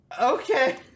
Okay